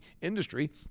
industry